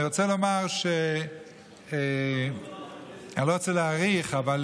אני רוצה לומר, ואני לא רוצה להאריך, אבל